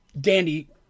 Dandy